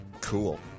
Cool